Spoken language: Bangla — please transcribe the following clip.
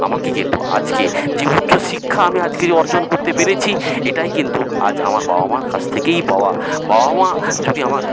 আমাকে কিন্তু আজকে যে উচ্চ শিক্ষা আমি অর্জন করতে পেরেছি এটাই কিন্তু আমার বাবা মার কাছ থেকেই পাওয়া বাবা মা যদি আমায়